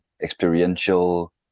experiential